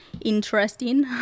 interesting